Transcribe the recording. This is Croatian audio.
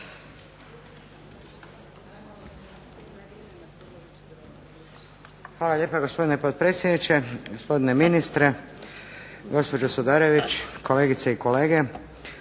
Hvala lijepa. gospodine potpredsjedniče, gospodine ministre, gospođo Sudarević, kolegice i kolege